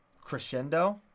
crescendo